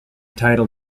title